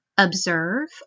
observe